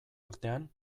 artean